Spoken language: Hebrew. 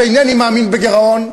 שאינני מאמין בגירעון,